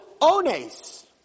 ones